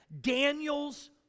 Daniel's